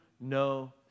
no